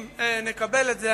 אם נקבל את זה,